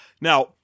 Now